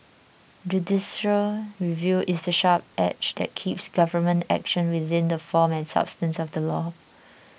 judicial review is the sharp edge that keeps government action within the form and substance of the law